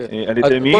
ועל ידי מי.